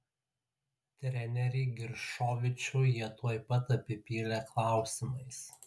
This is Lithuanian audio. trenerį giršovičių jie tuoj pat apipylė klausimais